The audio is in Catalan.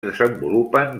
desenvolupen